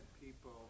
people